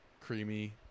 creamy